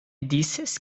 dices